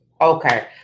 Okay